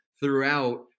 Throughout